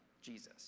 Jesus